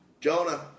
Jonah